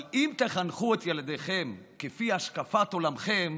אבל אם תחנכו את ילדיכם לפי השקפת עולמכם,